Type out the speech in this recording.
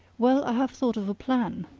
well, i have thought of a plan.